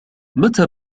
متى